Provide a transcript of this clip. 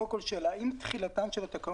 קודם כול שאלה: אם תחילתן של התקנות